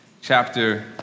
chapter